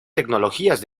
tecnologías